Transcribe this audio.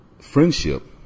friendship